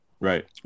Right